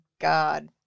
God